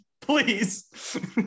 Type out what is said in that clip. Please